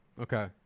Okay